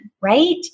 right